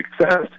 success